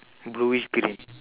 blueish green